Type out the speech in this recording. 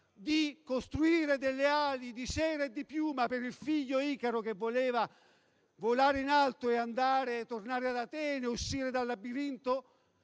di costruire delle ali di cera e di piuma per il figlio Icaro, che voleva volare in alto e tornare ad Atene, uscendo dal labirinto;